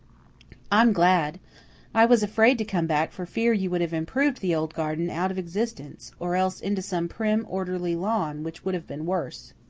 i'm glad i was afraid to come back for fear you would have improved the old garden out of existence, or else into some prim, orderly lawn, which would have been worse.